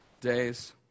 days